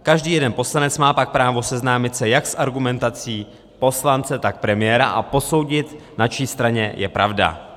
Každý jeden poslanec má pak právo seznámit se jak s argumentací poslance, tak premiéra a posoudit, na čí straně je pravda.